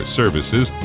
services